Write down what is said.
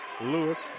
Lewis